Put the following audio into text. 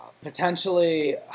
Potentially